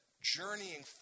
journeying